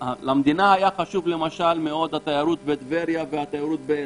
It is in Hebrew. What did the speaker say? למדינה היה חשוב, למשל, התיירות בטבריה ובאילת,